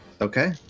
Okay